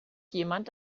jemand